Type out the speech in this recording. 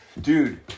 dude